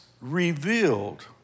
revealed